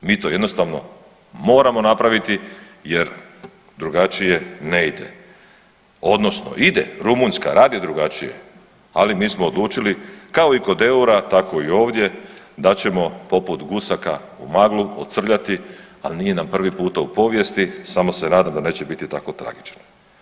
Mi to jednostavno moramo napraviti jer drugačije ne ide odnosno ide Rumunjska radi drugačije, ali mi smo odlučili kao i kod eura tako i ovdje da ćemo poput gusaka u maglu odsrljati, al nije nam prvi puta u povijesti samo se nadam da neće biti tako tragično.